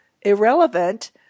irrelevant